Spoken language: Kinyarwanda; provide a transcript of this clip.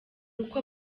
uko